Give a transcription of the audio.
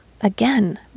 again